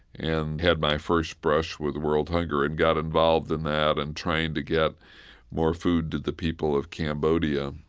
and had my first brush with world hunger and got involved in that and trying to get more food to the people of cambodia.